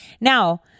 Now